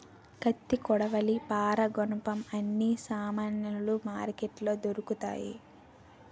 కత్తి కొడవలి పారా గునపం అన్ని సామానులు మార్కెట్లో దొరుకుతాయి